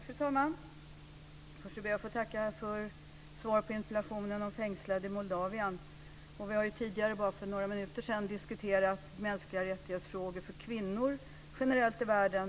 Fru talman! Först ber jag att få tacka för svaret på interpellationen om fängslade i Moldavien. Vi har ju tidigare, för bara några minuter sedan, diskuterat frågor om mänskliga rättigheter för kvinnor generellt i världen.